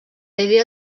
idea